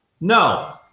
No